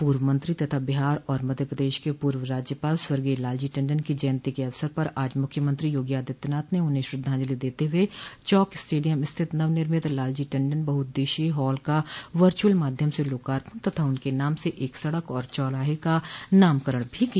पूर्व मंत्री तथा बिहार व मध्य प्रदेश के पूर्व राज्यपाल स्वर्गीय लालजी टंडन की जयन्ती के अवसर पर आज मुख्यमंत्री योगी आदित्यनाथ ने उन्हें श्रद्वाजंलि देते हुए चौक स्टेडियम स्थित नवनिर्मित लालजी टंडन बहुउद्देश्यीय हाल का वर्चुअल माध्यम से लोकार्पण तथा उनके नाम से एक सड़क और चौराहे का नामकरण भी किया